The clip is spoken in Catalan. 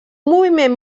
moviment